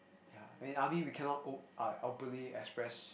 yeah and in army we cannot o~ ah openly express